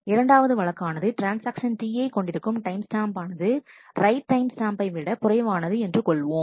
இரண்டாவது வழக்கானது transaction Ti கொண்டிருக்கும் டைம் ஸ்டாம்ப் ஆனது ரைட் டைம் ஸ்டாம்பை விட குறைவானது என்று கொள்வோம்